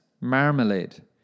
Marmalade